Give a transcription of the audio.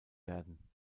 werden